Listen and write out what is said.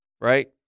right